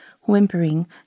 whimpering